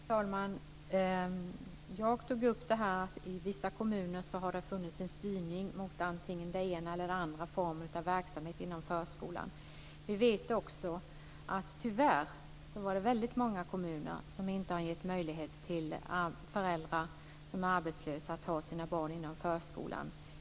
Fru talman! Jag tog upp att det i vissa kommuner har funnits en styrning mot antingen den ena eller den andra formen av verksamhet inom förskolan. Vi vet också att det tyvärr är väldigt många kommuner som inte har gett möjlighet till föräldrar som är arbetslösa att ha sina barn inom förskolan.